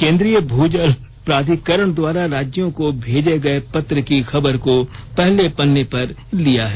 केंद्रीय भूजल प्राधिकरण द्वारा राज्यों को भेजे गए पत्र की खबर को पहले पन्ने पर लिया है